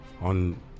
on